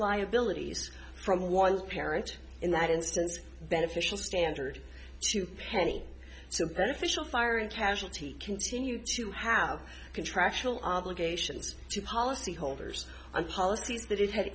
liabilities from one parent in that instance beneficial standard to penny so beneficial firing casualty continue to have contractual obligations to policyholders and policies that it had